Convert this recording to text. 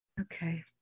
Okay